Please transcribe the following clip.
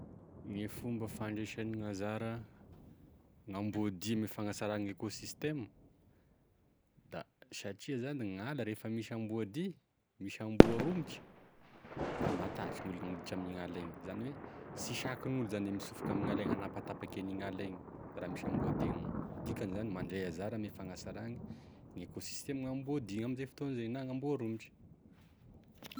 Gne fomba fandraisan'anzara gn'amboa dia ame fagnasara gne ekaosistema da satria zagny gn'ala refa misy amboa dia, misy amboa romotry da matahatra gn'olo gn'hiditra amign'igny ala igny zany hoe sy sakinolo zany misofoka amign'ala igny anapatapak'enigny ala igny raha misy amboa dia gn'ala igny, dikan'izany mandray anjara ame fagnasara ny ekaosistema gn'amboa dia na gn'amboa romitry.